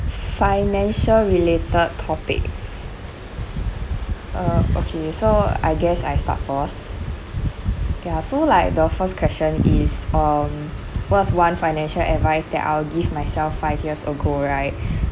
financial related topics uh okay so I guess I start first ya so like the first question is um what's one financial advice that I will give myself five years ago right